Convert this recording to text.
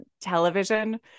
television